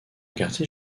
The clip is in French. quartier